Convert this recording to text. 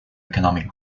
economic